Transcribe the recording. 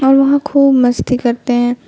اور وہاں خوب مستی کرتے ہیں